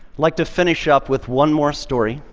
like to finish up with one more story,